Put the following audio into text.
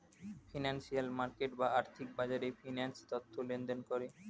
financial market বা আর্থিক বাজারে ফিন্যান্স তথ্য লেনদেন করে